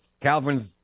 Calvin